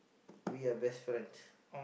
we are best friends